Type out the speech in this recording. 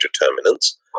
determinants